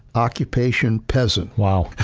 occupation peasant. wow.